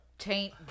taint